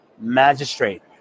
magistrate